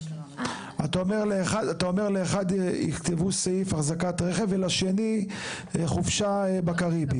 אתה אומר לאחד יכתבו סעיף החזקת רכב ולשני חופשה בקריביים.